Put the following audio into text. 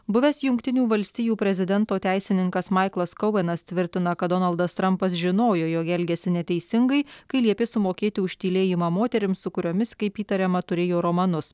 buvęs jungtinių valstijų prezidento teisininkas maiklas kaueanas tvirtina kad donaldas trampas žinojo jog elgiasi neteisingai kai liepė sumokėti už tylėjimą moterims su kuriomis kaip įtariama turėjo romanus